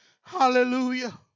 Hallelujah